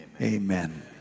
amen